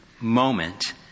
moment